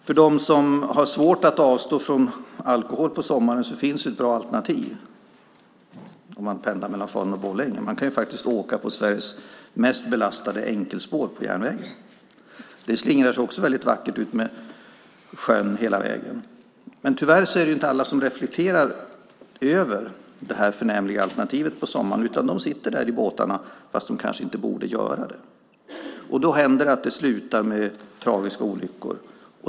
För dem som har svårt att avstå från alkohol på sommaren finns ett bra alternativ om man pendlar mellan Falun och Borlänge. Man kan åka på Sveriges mest belastade enkelspår på järnvägen. Det slingrar sig vackert utmed sjön hela vägen. Tyvärr reflekterar inte alla över detta förnämliga alternativ på sommaren, utan de sitter i båtarna fast de kanske inte borde. Då händer det att det slutar med tragiska olyckor.